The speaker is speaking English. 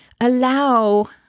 allow